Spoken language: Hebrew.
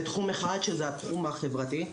בתחום אחד שזה התחום החברתי,